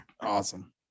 awesome